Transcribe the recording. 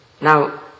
Now